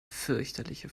fürchterliche